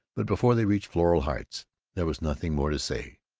but before they reached floral heights there was nothing more to say,